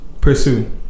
Pursue